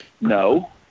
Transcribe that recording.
No